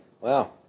Wow